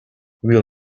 will